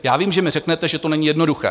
Já vím, že mi řeknete, že to není jednoduché.